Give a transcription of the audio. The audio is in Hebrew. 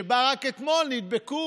שבה רק אתמול זוהו